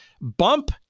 Bump